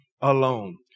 alone